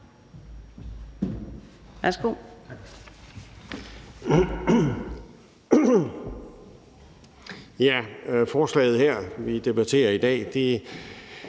Værsgo.